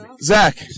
Zach